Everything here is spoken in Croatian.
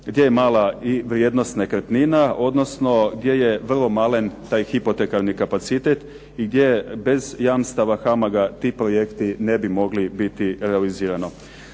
gdje je mala i vrijednost nekretnina, odnosno gdje je vrlo malen taj hipotekarni kapacitet, gdje bez jamstava HAMAG-a ti projekti ne bi mogli biti realizirano.